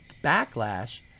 backlash